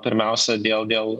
pirmiausia dėl dėl